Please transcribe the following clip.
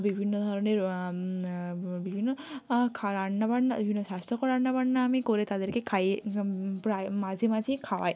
বিভিন্ন ধরনের বিভিন্ন খা রান্নাবান্না বিভিন্ন স্বাস্থ্যকর রান্নাবান্না আমি করে তাদেরকে খাইয়ে প্রায় মাঝেমাঝেই খাওয়াই